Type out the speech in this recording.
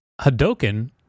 Hadoken